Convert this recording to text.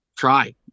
try